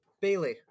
Bailey